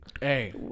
Hey